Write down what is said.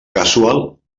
casual